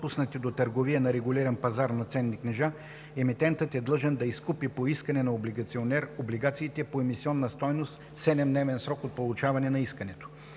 допуснати до търговия на регулиран пазар на ценни книжа, емитентът е длъжен да изкупи по искане на облигационер облигациите по емисионна стойност в 7 дневен срок от получаване на искането.”